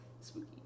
Spooky